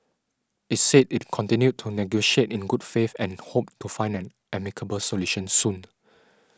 it said it continued to negotiate in good faith and hoped to find an amicable solution soon